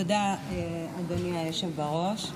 תודה, אדוני היושב-ראש.